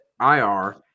IR